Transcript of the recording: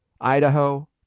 Idaho